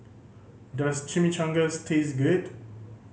does Chimichangas taste good